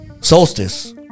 solstice